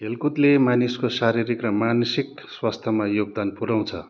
खेलकुदले मानिसको शारीरिक र मानसिक स्वास्थ्यमा योगदान पुऱ्याउँछ